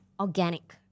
Organic